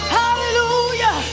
hallelujah